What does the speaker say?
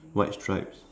white stripes